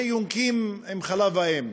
את זה יונקים עם חלב האם.